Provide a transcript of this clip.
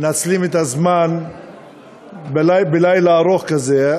מנצלים את הזמן בלילה ארוך כזה.